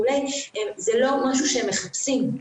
זה בכלל לא משהו שהם מחפשים.